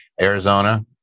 Arizona